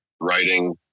writing